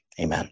Amen